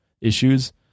issues